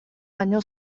baino